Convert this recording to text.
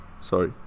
Sorry